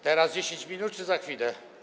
Teraz 10 minut czy za chwilę?